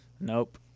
nope